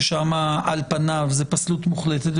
ששם על פניו זה פסלות מוחלטת.